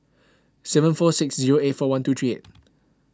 seven four six zero eight four one two three eight